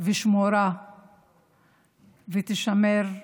ושמורה ותישמר לעד,